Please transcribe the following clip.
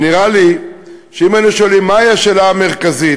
ונראה לי שאם היינו שואלים מהי השאלה המרכזית,